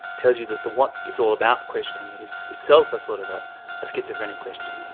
tells you that the what it's all about question is itself a sort of ah schizophrenic question.